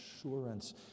assurance